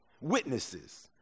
witnesses